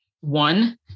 one